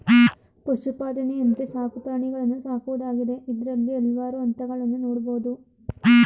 ಪಶುಪಾಲನೆ ಅಂದ್ರೆ ಸಾಕು ಪ್ರಾಣಿಗಳನ್ನು ಸಾಕುವುದಾಗಿದೆ ಇದ್ರಲ್ಲಿ ಹಲ್ವಾರು ಹಂತಗಳನ್ನ ನೋಡ್ಬೋದು